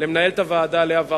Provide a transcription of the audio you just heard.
למנהלת הוועדה לאה ורון,